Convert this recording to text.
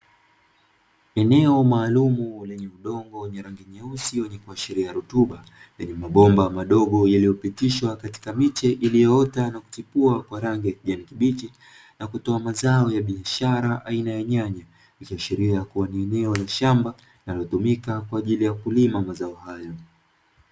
Eneo maalumu lenye udongo wenye rangi nyeusi wenye kuashiria rutuba lenye mabomba madogo yaliyopitishwa katika miche iliyoota na kuchukua kwa rangi ya kijani kibichi na kutoa mazao ya biashara aina ya nyanya, ikiashiria kuwa ni eneo la shamba linalotumika kwa ajili ya kulima mazao hayo.